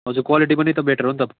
हजुर क्वालिटी पनि त बेट्टर हो नि त